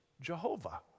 Jehovah